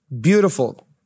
beautiful